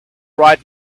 ride